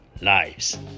lives